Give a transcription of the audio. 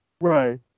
Right